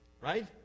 right